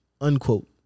Unquote